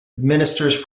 administers